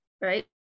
right